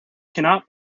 cannot